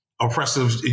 oppressive